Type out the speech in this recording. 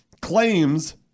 claims